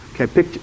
Okay